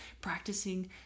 practicing